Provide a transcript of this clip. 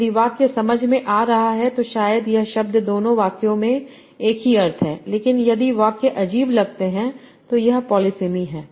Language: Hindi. यदि वाक्य समझ में आ रहा है तो शायद यह शब्द दोनों वाक्यों में एक ही अर्थ है लेकिन यदि वाक्य अजीब लगते हैं तो यह संदर्भ समय 1811 पोलिसेमी हैं